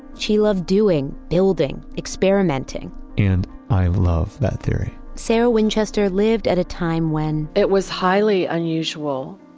she loved doing, building, experimenting and i love that theory sarah winchester lived at a time when, it was highly unusual